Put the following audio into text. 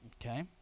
okay